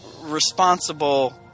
responsible